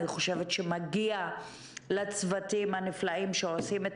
אני חושבת שמגיע לצוותים הנפלאים שעושים את